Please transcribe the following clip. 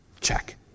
check